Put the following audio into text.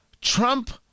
Trump